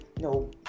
no